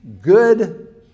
good